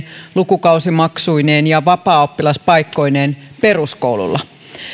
lukukausimaksuineen ja vapaaoppilaspaikkoineen peruskoululla